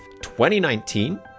2019